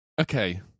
Okay